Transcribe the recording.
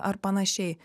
ar panašiai